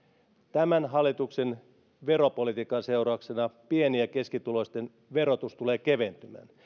tämän hallituksen veropolitiikan seurauksena pieni ja keskituloisten verotus tulee keventymään